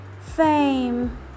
fame